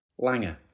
Langer